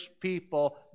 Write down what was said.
people